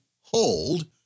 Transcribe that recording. hold